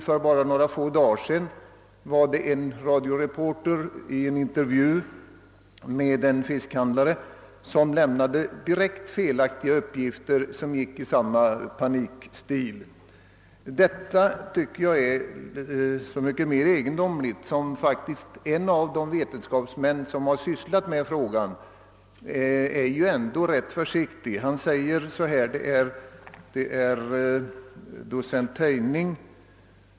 För endast några dagar sedan lämnade en radioreporier i en intervju med en fiskhandlare direkt felaktiga uppgifter som också gick i panikens tecken. Detta är så mycket mer egendomligt som en av de vetenskapsmän, docent Tejning, som har sysslat med frågan är ganska försiktig.